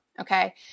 okay